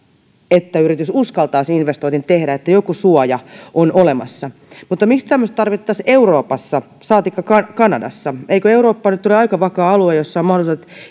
että yritys uskaltaa sen investoinnin tehdä että joku suoja on olemassa mutta miksi tämmöistä tarvittaisiin euroopassa saatikka kanadassa eikö eurooppa nyt ole aika vakaa alue jossa on mahdollisuudet